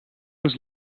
was